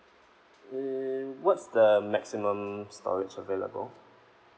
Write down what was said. mm what's the maximum storage available